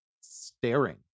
staring